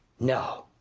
no!